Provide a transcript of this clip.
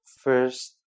first